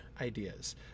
ideas